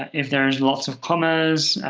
if there is lots of commas,